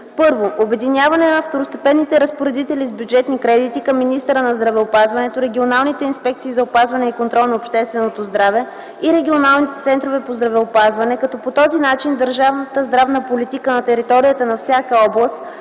Първо, обединяване на второстепенните разпоредители с бюджетни кредити към министъра на здравеопазването, регионалните инспекции за опазване и контрол на общественото здраве и регионалните центрове по здравеопазване, като по този начин държавната здравна политика на територията на всяка област